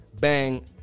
bang